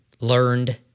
learned